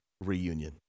reunion